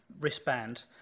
wristband